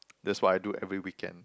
that's what I do every weekend